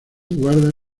guarda